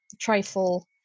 trifle